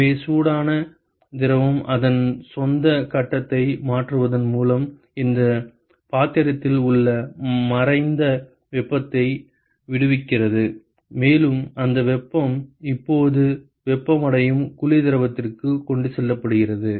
எனவே சூடான திரவம் அதன் சொந்த கட்டத்தை மாற்றுவதன் மூலம் இந்த பாத்திரத்தில் உள்ள மறைந்த வெப்பத்தை விடுவிக்கிறது மேலும் அந்த வெப்பம் இப்போது வெப்பமடையும் குளிர் திரவத்திற்கு கொண்டு செல்லப்படுகிறது